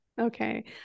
Okay